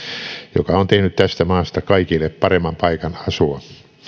joka on tehnyt tästä maasta kaikille paremman paikan asua